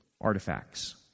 artifacts